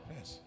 Yes